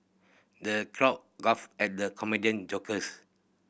the crowd guff at the comedian jokes